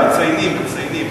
מציינים.